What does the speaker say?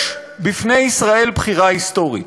יש בפני ישראל בחירה היסטורית: